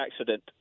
accident